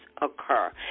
occur